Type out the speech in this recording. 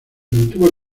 mantuvo